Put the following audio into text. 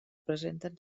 presenten